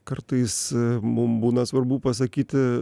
kartais mum būna svarbu pasakyti